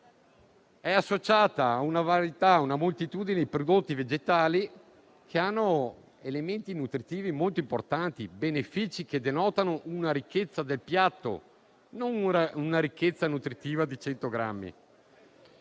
è associata una varietà, una moltitudine di prodotti vegetali che hanno elementi nutritivi molto importanti, benefici che derivano dalla ricchezza del piatto, e non una ricchezza nutritiva di 100 grammi.